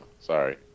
Sorry